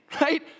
right